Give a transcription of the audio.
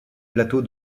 plateau